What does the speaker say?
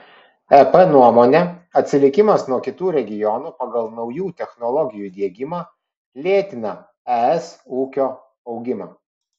ep nuomone atsilikimas nuo kitų regionų pagal naujų technologijų diegimą lėtina es ūkio augimą